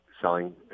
selling